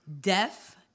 Deaf